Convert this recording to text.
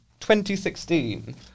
2016